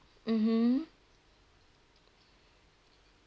mmhmm